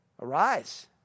arise